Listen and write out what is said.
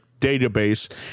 database